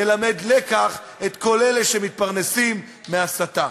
ילמד לקח את כל אלה שמתפרנסים מהסתה.